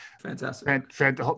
Fantastic